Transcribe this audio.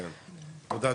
תודה,